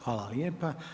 Hvala lijepa.